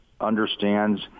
understands